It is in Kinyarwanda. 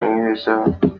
bamwibeshyaho